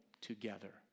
together